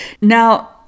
Now